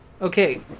Okay